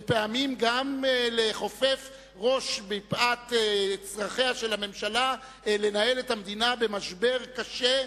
ופעמים גם לכופף ראש מפאת צרכיה של הממשלה לנהל את המדינה במשבר קשה,